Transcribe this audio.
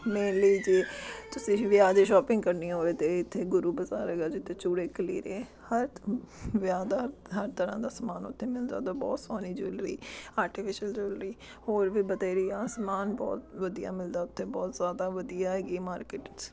mainly ਜੇ ਤੁਸੀਂ ਵਿਆਹ ਦੀ ਸ਼ੋਪਿੰਗ ਕਰਨੀ ਹੋਵੇ ਤਾਂ ਇੱਥੇ ਗੁਰੂ ਬਜ਼ਾਰ ਹੈਗਾ ਜਿੱਥੇ ਚੂੜੇ ਕਲੀਰੇ ਹਰ ਵਿਆਹ ਦਾ ਹਰ ਤਰ੍ਹਾਂ ਦਾ ਸਮਾਨ ਉੱਥੇ ਮਿਲ ਜਾਂਦਾ ਬਹੁਤ ਸੋਹਣੀ ਜਵੈਲਰੀ ਆਰਟੀਫਿਸ਼ਅਲ ਜਵੈਲਰੀ ਹੋਰ ਵੀ ਬਥੇਰੀ ਆ ਸਮਾਨ ਬਹੁਤ ਵਧੀਆ ਮਿਲਦਾ ਉੱਥੇ ਬਹੁਤ ਜ਼ਿਆਦਾ ਵਧੀਆ ਹੈਗੀ ਮਾਰਕੀਟਸ